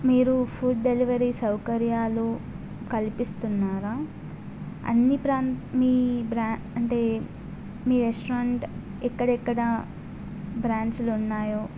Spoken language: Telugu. మీరు ఫుడ్ డెలివరీ సౌకర్యాలు కల్పిస్తున్నారా అన్ని ప్రాంత మీ బ్రా అంటే మీ రెస్టారెంట్ ఎక్కడెక్కడ బ్రాంచులు ఉన్నాయో